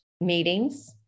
meetings